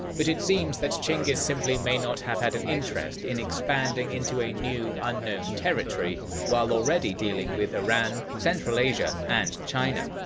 but it seems that chinggis simply may not have had an interest in expanding into a new, unknown territory while already dealing with iran, central asia and china.